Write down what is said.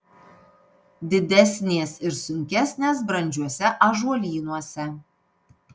didesnės ir sunkesnės brandžiuose ąžuolynuose